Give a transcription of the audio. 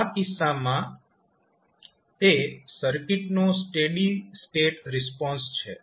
આ કિસ્સામાં તે સર્કિટનો સ્ટેડી સ્ટેટ રિસ્પોન્સ છે